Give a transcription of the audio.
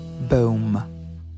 Boom